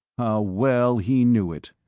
well he knew it.